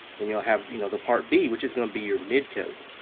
then you'll have you know the part b, which is gonna be your midcoat.